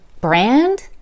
brand